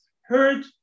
heard